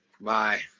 Bye